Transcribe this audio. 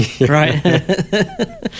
right